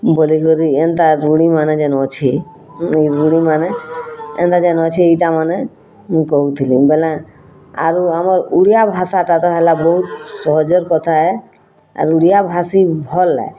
ବୋଲି କରି ଏନ୍ତା ରୂଢ଼ି ମାନେ ଯେନ୍ ଅଛେ ଇ ରୂଢ଼ି ମାନେ ଏନ୍ତା ଯେନ୍ ଅଛେ ଇଟା ମାନେ ମୁଇଁ କହୁଥିଲି ବେଲେଁ ଆରୁ ଆମର୍ ଓଡ଼ିଆ ଭାଷା ଟା ତ ହେଲା ବହୁତ୍ ସହଜର୍ କଥା ଏ ଆର୍ ଓଡ଼ିଆ ଭାଷି ଭଲ୍ ଏ